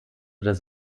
das